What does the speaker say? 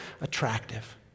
attractive